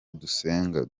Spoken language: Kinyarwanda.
dusenga